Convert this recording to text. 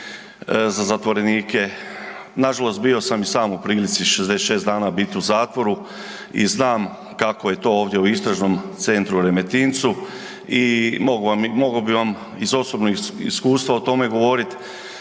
za zatvorenike. Nažalost bio sam i sam u prilici 66 dana biti u zatvoru i znam kako je to ovdje u istražnom centru u Remetincu i mogao bi vam iz osobnog iskustva o tome govorit.